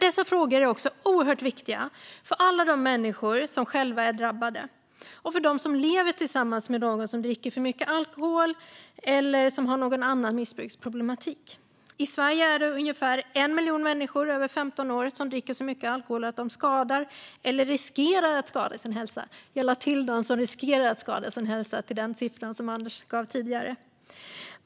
Dessa frågor är oerhört viktiga för alla de människor som själva är drabbade och för de som lever tillsammans med någon som dricker för mycket alkohol eller som har någon annan missbruksproblematik. I Sverige är det ungefär 1 miljon människor över 15 år som dricker så mycket alkohol att de skadar eller riskerar att skada sin hälsa. Jag lade till de som riskerar att skada sin hälsa till den siffra som Anders W Jonsson uppgav tidigare.